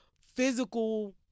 physical